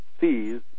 sees